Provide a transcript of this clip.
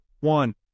one